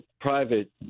private